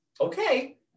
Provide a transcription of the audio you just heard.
Okay